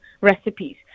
recipes